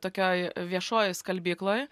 tokioj viešoj skalbykloj